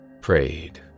prayed